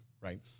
right